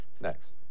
next